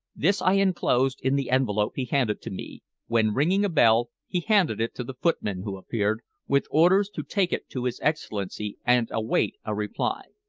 this i enclosed in the envelope he handed to me, when, ringing a bell, he handed it to the footman who appeared, with orders to take it to his excellency and await a reply.